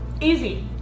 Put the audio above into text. easy